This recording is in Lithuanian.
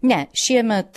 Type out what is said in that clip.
ne šiemet